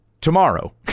tomorrow